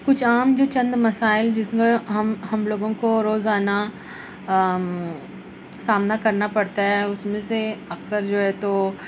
کچھ عام جو چند مسائل جس میں ہم ہم لوگوں کو روزانہ سامنا کرنا پڑتا ہے اس میں سے اکثر جو ہے تو